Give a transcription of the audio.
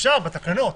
אפשר בתקנות.